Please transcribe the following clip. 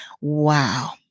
Wow